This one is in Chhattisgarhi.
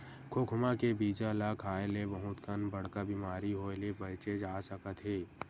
खोखमा के बीजा ल खाए ले बहुत कन बड़का बेमारी होए ले बाचे जा सकत हे